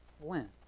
flint